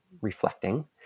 reflecting